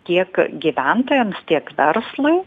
tiek gyventojams tiek verslui